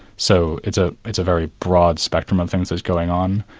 so it's ah it's a very broad spectrum of things that are going on.